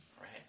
Right